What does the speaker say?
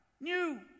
new